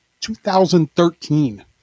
2013